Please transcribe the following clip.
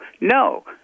no